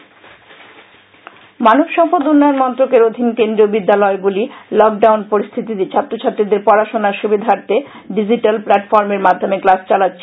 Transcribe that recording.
KVS মানব সম্পদ উন্নয়ন মন্ত্রকের অধীন কেন্দ্রীয় বিদ্যালয়গুলি লকডাউন পরিস্থিতিতে ছাত্রছাত্রীদের পড়াশুনার সুবিধার্থে জিজিটাল প্ল্যাটফর্মের মাধ্যমে ক্লাস চালাচ্ছে